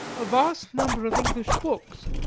a vast number of english books,